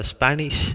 Spanish